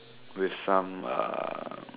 with some uh